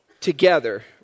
together